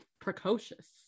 Precocious